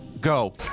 Go